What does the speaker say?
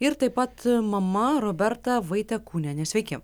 ir taip pat mama roberta vaitekūnienė sveiki